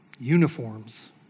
uniforms